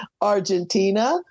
Argentina